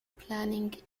planning